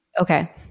Okay